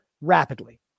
rapidly